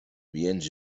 więc